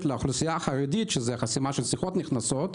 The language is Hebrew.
לאוכלוסייה החרדית שזה חסימה של שיחות נכנסות.